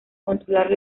controlar